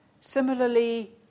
Similarly